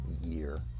year